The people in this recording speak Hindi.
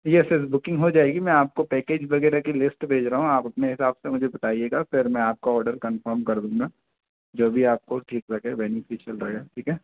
येस येस बुकिंग हो जाएगी मैं आपको पैकेज वगैरह की लिस्ट भेज रहा हूँ आप अपने हिसाब से मुझे बताइएगा फिर मैं आपका ऑर्डर कंफ़र्म कर दूंगा जो भी आपको ठीक लगे बेनिफ़िशियल रहेगा ठीक है